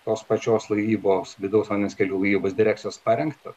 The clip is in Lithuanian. tos pačios laivybos vidaus vandens kelių laivybos direkcijos parengtą